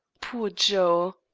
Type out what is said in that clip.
poor joe!